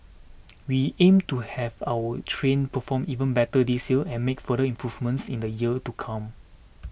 we aim to have our trains perform even better this year and make further improvements in the years to come